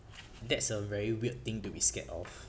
that's a very weird thing to be scared of